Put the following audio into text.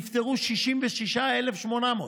נפטרו 66,800,